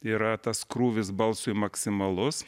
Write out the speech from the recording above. yra tas krūvis balsui maksimalus